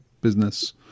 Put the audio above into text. business